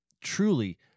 truly